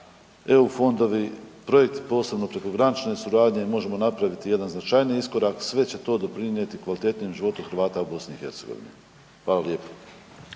EU fondovi, projekti posebne prekogranične suradnje, možemo napraviti jedan značajniji iskorak, sve će to doprinijeti kvaliteti u životu Hrvata u BiH. Hvala lijepo.